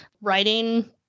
writing